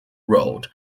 road